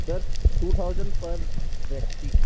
sir two thousand पर व्यक्ति